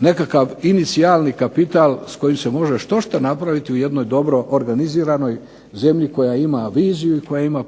nekakav inicijalni kapital s kojim se može štošta napraviti u jednoj dobro organiziranoj zemlji koja ima viziju i koja ima